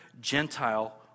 Gentile